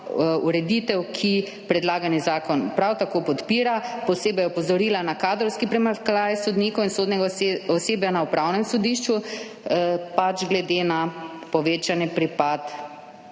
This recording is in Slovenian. ureditev, ki predlagani zakon prav tako podpira. Posebej je opozorila na kadrovski primanjkljaj sodnikov in sodnega osebja na Upravnem sodišču glede na povečanje pripada